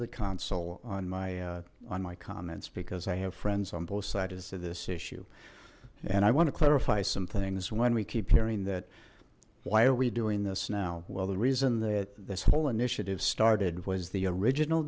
of the console on my on my comments because i have friends on both sides of this issue and i want to clarify some things when we keep hearing that why are we doing this now well the reason that this whole initiative started was the original